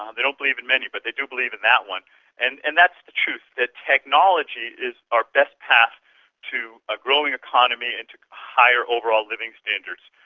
um they don't believe in many but they do believe in that and and that's the truth, that technology is our best path to a growing economy and to higher overall living standards,